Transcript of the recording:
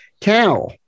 Cow